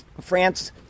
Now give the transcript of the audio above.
france